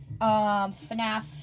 FNAF